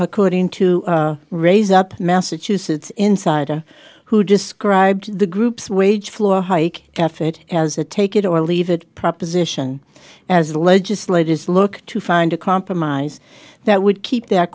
according to raise up massachusetts insider who described the group's wage floor hike effet as a take it or leave it proposition as legislators look to find a compromise that would keep th